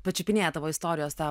pačiupinėja tavo istorijos tą